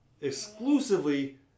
exclusively